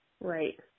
right